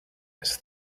this